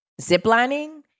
ziplining